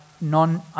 non